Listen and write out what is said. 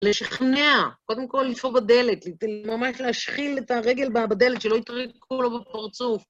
לשכנע, קודם כל לדפוק בדלת, ל... ממש להשחיל את הרגל בדלת, שלא יטרקו לו בפרצוף.